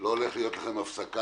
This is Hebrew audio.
- לא הולכת להיות לכם הפסקה.